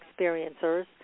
experiencers